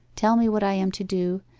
tell me what i am to do,